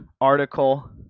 article